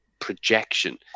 projection